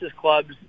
clubs